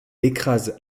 écrase